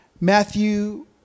Matthew